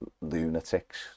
lunatics